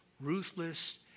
ruthless